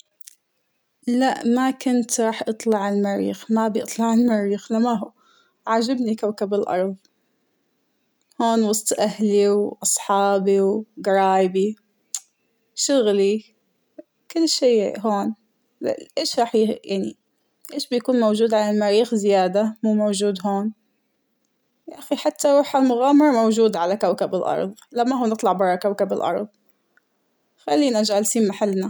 لأ ما كنت راح أطلع على المريخ ، ما ابى أطلع على المريخ لا ما هو عجبنى كوكب الأرض ، هون وسط أهلى وأصحابى قرايبى شغلى ، كل شى هون اش راح يعنى ، اش بيكون موجود على المريخ زيادة مو موجود هون ،يأخى حتى روح المغامرة موجود على كوكب الأرض لمهو نطلع برا على كوكب الأرض خلينا جلسين محلنا.